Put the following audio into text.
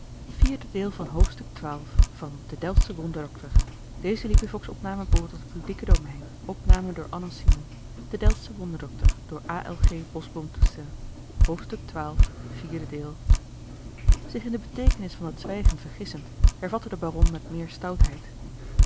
in de beteekenis van dat zwijgen vergissend hervatte de baron met meer stoutheid